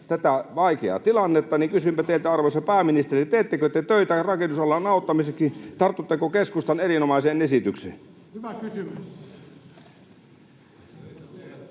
tätä vaikeaa tilannetta. Kysynpä teiltä, arvoisa pääministeri: Teettekö te töitä rakennusalan auttamiseksi? Tartutteko keskustan erinomaiseen esitykseen? [Antti